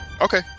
okay